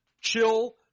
chill